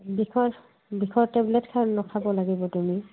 বিষৰ বিষৰ টেবলেট খা খাব লাগিব তুমি